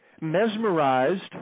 mesmerized